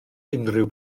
unrhyw